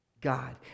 God